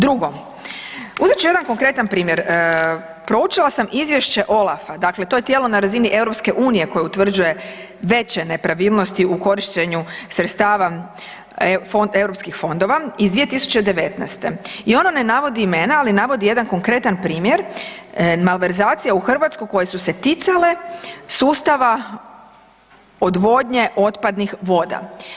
Drugo, uzet ću jedan konkretan primjer, proučila sam izvješće OLAF-a dakle to je tijelo na razini EU koje utvrđuje veće nepravilnosti u korištenju sredstava eu fondova iz 2019.i ono ne navodi imena, ali navodi jedan konkretan primjer malverzacija u Hrvatskoj koje su se ticale sustava odvodnje otpadnih voda.